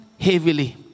heavily